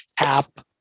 app